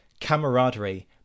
camaraderie